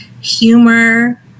humor